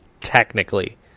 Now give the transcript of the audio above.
Technically